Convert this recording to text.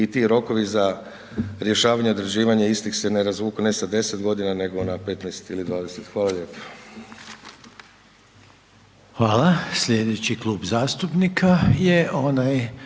i ti rokovi za rješavanje određivanje istih se ne razvuku ne sa 10 godina nego na 15 ili 20. Hvala lijepo. **Reiner, Željko (HDZ)** Hvala. Sljedeći klub zastupnika je onaj